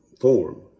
form